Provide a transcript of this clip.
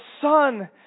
son